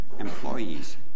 Employees